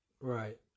right